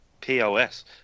POS